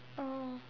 oh